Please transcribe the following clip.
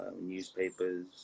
newspapers